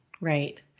Right